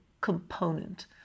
component